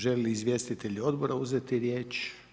Žele li izvjestitelji odbora uzeti riječ?